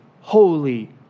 holy